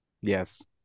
Yes